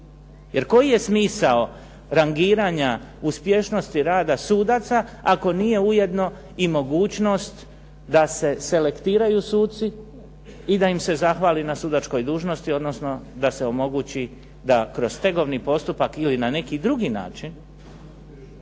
Jer koji je smisao rangiranja uspješnosti rada sudaca ako nije ujedno i mogućnost da se selektiraju suci i da im se zahvali na sudačkoj dužnosti odnosno da se omogući da kroz stegovni postupak ili na neki drugi način